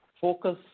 focus